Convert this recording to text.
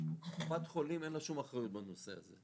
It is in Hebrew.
לקופת חולים אין שום אחריות בנושא הזה.